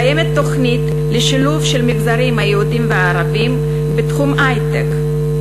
קיימת תוכנית לשילוב של המגזרים היהודי והערבי בתחום ההיי-טק.